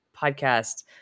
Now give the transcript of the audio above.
podcast